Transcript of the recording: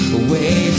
away